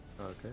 okay